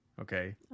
okay